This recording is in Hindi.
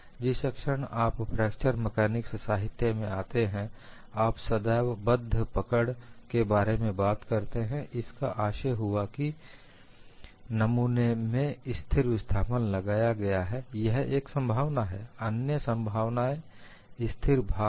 जिस क्षण आप फ्रैक्चर मैकानिक्स साहित्य में आते हैं आप सदैव बद्ध पकड़ के बारे में बात करते हैं इसका आशय हुआ की नमूने में स्थिर विस्थापन लगाया गया है यह एक संभावना है अन्य संभावना स्थिर भार है